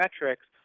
metrics